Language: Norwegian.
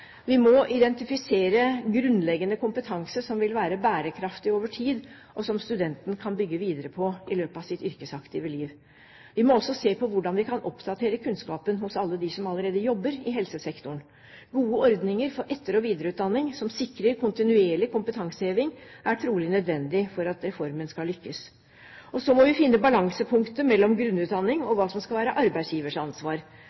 Vi må identifisere grunnleggende kompetanse som vil være bærekraftig over tid, og som studenten kan bygge videre på i løpet av sitt yrkesaktive liv. Vi må også se på hvordan vi kan oppdatere kunnskapen hos alle dem som allerede jobber i helsesektoren. Gode ordninger for etter- og videreutdanning som sikrer kontinuerlig kompetanseheving, er trolig nødvendig for at reformen skal lykkes. Vi må finne balansepunktet mellom grunnutdanning og hva som skal være arbeidsgivers ansvar.